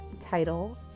title